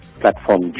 Platform